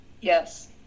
Yes